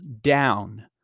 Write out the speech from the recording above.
down